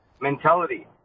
mentality